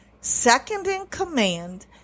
second-in-command